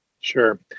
Sure